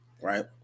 right